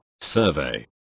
Survey